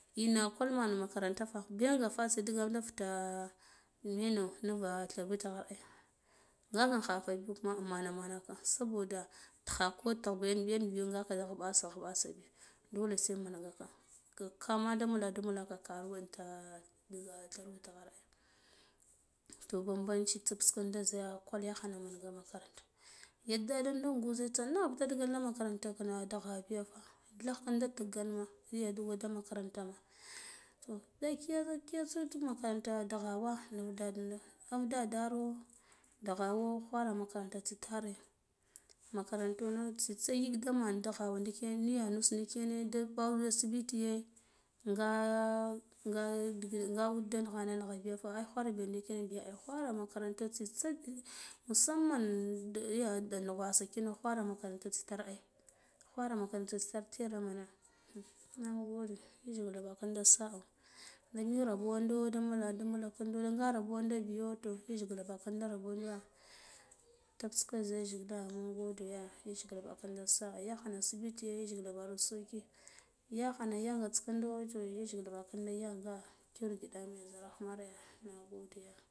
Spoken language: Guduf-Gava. Ina nkur men mana makaranta fa guyage fataa adigilda fitah mbine nuva thir witgha ai ngaka khaka bi kuma mamanaka saboda tigha ko tghga yan yan biyo ghuɓasa ghuɓasa bi dole se menga ka ka kama muladu mulaka karuwe inta ndiga thirwitgha ai to banbanci tsib ngindi de ya ziyaghana kwal man makaranta ya dada in gwuza nude naghba da digilka makarantak nagha biya daghka da butganma viyadu makaranta toh da kiya tsu makaranta dughwana nuf dedera au dadero dughawo ghware makaranta tsi tare makarantana tsitse de ngik ya man daghewo ndikine niya nua ndikene pi ruba asibitiye nga nga ud nagha nagha biya fa di kwarba ah ndiken yan biya ai khwara makaranta tsitsa ya musamman ya nughawasana kino khwara tar makaranta tsitar ai khwara makaratna tsitir teva mana nagode yijgila bakinda sazo ng ndagik rabo indo de mina du mana nde nga rabobi ƙinda biyo yaygila ba bakanda rabo be tabta ka zi yajgila mungo de ya yajgila ɓaƙindo sa'a yakhana asibitiye yajgila ɓaru soki yakhana yagata ƙindo toh yajgila mɓakinda nya nga kiro giɗame zarahmare nagode ya.